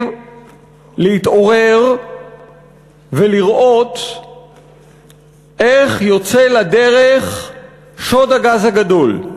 להתעורר ולראות איך יוצא לדרך שוד הגז הגדול.